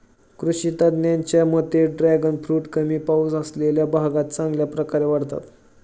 कृषी तज्ज्ञांच्या मते ड्रॅगन फ्रूट कमी पाऊस असलेल्या भागात चांगल्या प्रकारे वाढतात